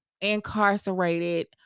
incarcerated